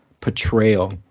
portrayal